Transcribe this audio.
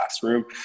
classroom